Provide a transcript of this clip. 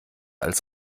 als